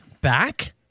back